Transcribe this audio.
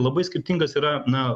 labai skirtingas yra na